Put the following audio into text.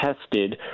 tested